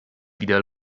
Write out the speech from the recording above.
wieder